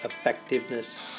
Effectiveness